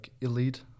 elite